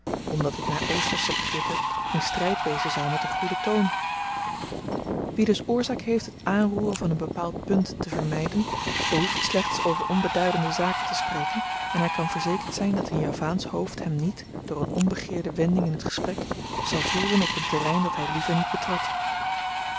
omdat dit naar oostersche begrippen in stryd wezen zou met den goeden toon wie dus oorzaak heeft het aanroeren van een bepaald punt te vermyden behoeft slechts over onbeduidende zaken te spreken en hy kan verzekerd zyn dat een javaansch hoofd hem niet door een onbegeerde wending in t gesprek zal voeren op een terrein dat hy liever niet betrad